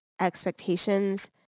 expectations